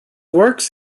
works